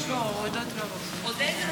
השר לוין.